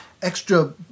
Extra